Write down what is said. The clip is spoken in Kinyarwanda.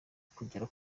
kugera